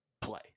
play